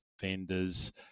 vendors